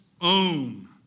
own